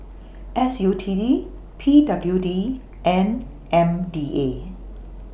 S U T D P W D and M D A